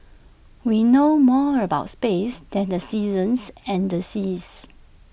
we know more about space than the seasons and the seas